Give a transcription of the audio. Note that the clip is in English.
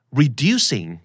reducing